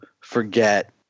forget